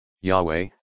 Yahweh